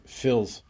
fills